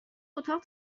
اتاق